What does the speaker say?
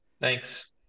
thanks